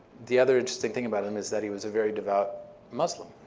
the other interesting thing about him is that he was a very devout muslim.